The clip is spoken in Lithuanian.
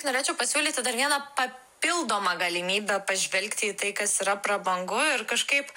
norėčiau pasiūlyti dar vieną papildomą galimybę pažvelgti į tai kas yra prabangu ir kažkaip